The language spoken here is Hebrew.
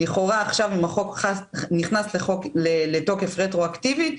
לכאורה אם החוק נכנס לתוקף רטרואקטיבי,